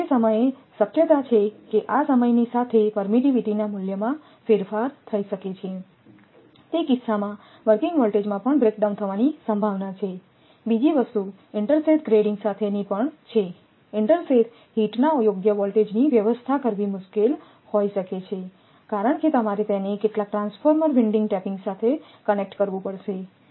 પછી તે સમય સાથે શક્યતા છે કે આ સમયની સાથે પરમિટિવીટી મૂલ્યમાં ફેરફાર થઈ શકે છે તે કિસ્સામાં વર્કિંગ વોલ્ટેજમાં પણ બ્રેકડાઉન થવાની સંભાવના છે બીજી વસ્તુ ઇન્ટરસેથ ગ્રેડિંગ સાથેની પણ છેઇન્ટરસેથ હીટના યોગ્ય વોલ્ટેજની વ્યવસ્થા કરવી મુશ્કેલ હોઈ શકે છે કારણ કે તમારે તેને કેટલાક ટ્રાન્સફોર્મર વિન્ડિંગ ટેપીંગથી કનેક્ટ કરવું પડશે